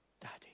Daddy